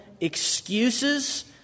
excuses